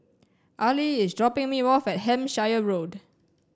Ali is dropping me off at Hampshire Road